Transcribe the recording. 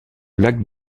lac